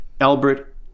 Albert